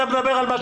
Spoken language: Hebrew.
לא.